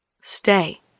Stay